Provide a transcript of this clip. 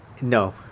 no